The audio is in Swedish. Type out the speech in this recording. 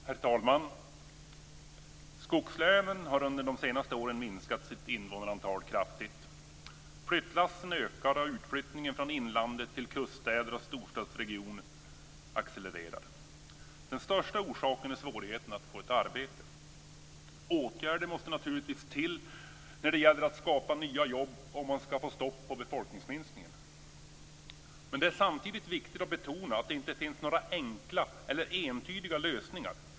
Herr talman! Invånarantalet i skogslänen har under de senaste åren kraftigt minskat. Antalet flyttlass ökar och utflyttningen från inlandet till kuststäder och storstadsregioner accelererar. Den viktigaste orsaken är svårigheten att få ett arbete. Åtgärder måste naturligtvis till när det gäller att skapa nya jobb för att få stopp på befolkningsminskningen. Samtidigt är det viktigt att betona att det inte finns några enkla eller entydiga lösningar.